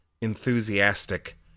enthusiastic